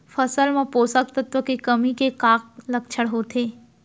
फसल मा पोसक तत्व के कमी के का लक्षण होथे?